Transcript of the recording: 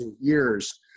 years